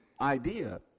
idea